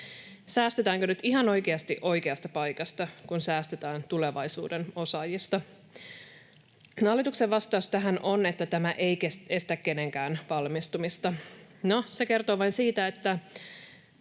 Säästetäänkö nyt ihan oikeasti oikeasta paikasta, kun säästetään tulevaisuuden osaajista? Hallituksen vastaus tähän on, että tämä ei estä kenenkään valmistumista. No, se kertoo vain siitä, että